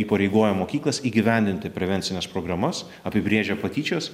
įpareigoja mokyklas įgyvendinti prevencines programas apibrėžia patyčias